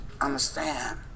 understand